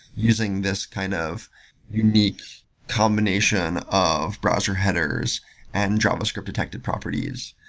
using this kind of unique combination of browser headers and javascript detected properties.